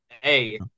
hey